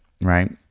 right